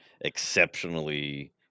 exceptionally